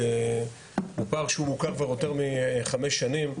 הוא פער שמוכר כבר יותר מחמש שנים.